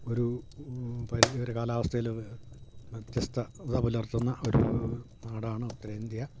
ഒരു പരിധിവരെ കാലാവസ്ഥയിൽ വ്യത്യസ്തത പുലർത്തുന്ന ഒരൂ നാടാണ് ഉത്തരേന്ത്യ